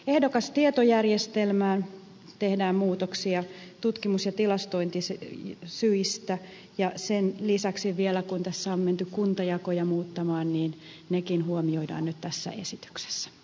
ehdokastietojärjestelmään tehdään muutoksia tutkimus ja tilastointisyistä ja sen lisäksi vielä kun tässä on menty kuntajakoja muuttamaan nekin huomioidaan nyt tässä esityksessä